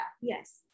Yes